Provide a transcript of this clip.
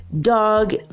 dog